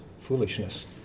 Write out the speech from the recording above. foolishness